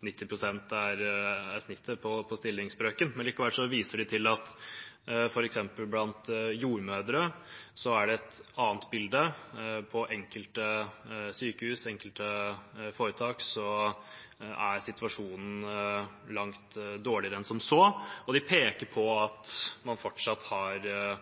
90 pst. er snittet på stillingsbrøken, men likevel viser de til at det f.eks. blant jordmødre er et annet bilde. På enkelte sykehus og i enkelte foretak er situasjonen langt dårligere enn som så, og de peker på at man fortsatt har